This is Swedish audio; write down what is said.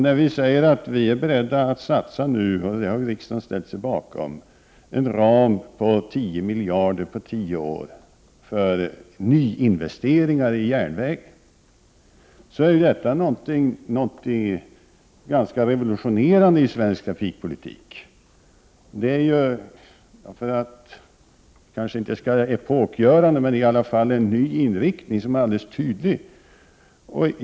När vi säger att vi är beredda att satsa, och det har ju riksdagen ställt sig bakom, inom en ram på 10 miljarder kronor på tio år för nyinvesteringar i järnvägar är ju detta någonting ganska revolutionerande i svensk trafikpolitik. Jag skall kanske inte säga att det är epokgörande, men det är i alla fall en ny inriktning som är alldeles tydlig.